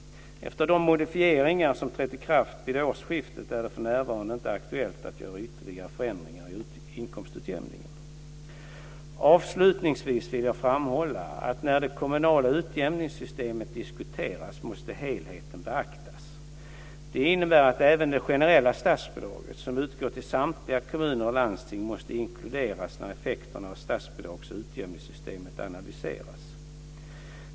Efter de modifieringar som trätt i kraft vid årsskiftet är det för närvarande inte aktuellt att göra ytterligare förändringar i inkomstutjämningen. Avslutningsvis vill jag framhålla att när det kommunala utjämningssystemet diskuteras måste helheten beaktas. Det innebär att även det generella statsbidraget, som utgår till samtliga kommuner och landsting, måste inkluderas när effekterna av statsbidrags och utjämningssystemet analyseras.